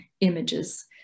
images